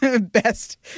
Best